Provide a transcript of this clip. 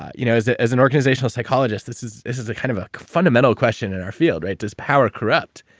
ah you know as ah as an organizational psychologist, this is is a kind of a fundamental question in our field, right? is power corrupt?